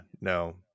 no